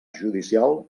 judicial